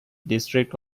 district